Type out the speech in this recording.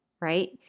Right